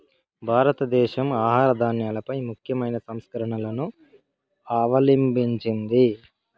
భారతదేశం ఆహార ధాన్యాలపై ముఖ్యమైన సంస్కరణలను అవలంభించింది